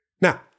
Now